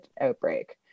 outbreak